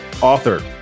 author